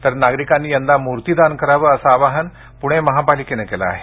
तर नागरिकांनी यंदा मूर्तीदान करावं असं आवाहन पुणे महापालिकेनं केलं आहे